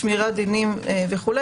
שמירת דינים וכו',